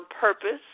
purpose